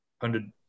hundred